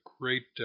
great